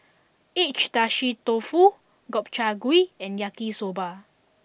Agedashi Dofu Gobchang Gui and Yaki Soba